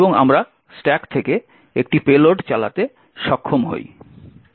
এবং আমরা স্ট্যাক থেকে একটি পেলোড চালাতে সক্ষম হই